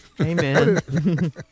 Amen